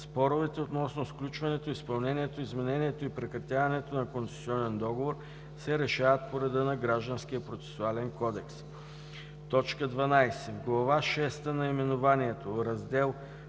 Споровете относно сключването, изпълнението, изменението и прекратяването на концесионен договор се решават по реда на Гражданския процесуален кодекс.“ 12. В Глава шеста наименованието „Раздел